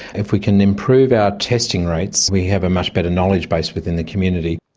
if we can improve our testing rates we have a much better knowledge base within the community.